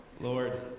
Lord